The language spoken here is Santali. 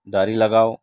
ᱫᱟᱨᱮ ᱞᱟᱜᱟᱣ